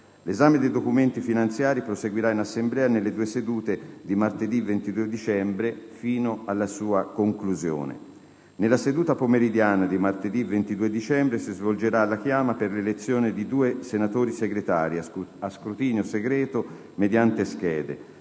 L'esame dei documenti finanziari proseguirà in Assemblea nelle due sedute di martedì 22 dicembre, fino alla sua conclusione. Nella seduta pomeridiana di martedì 22 dicembre, si svolgerà la chiama per l'elezione di due senatori Segretari, a scrutinio segreto mediante schede.